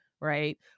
right